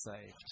saved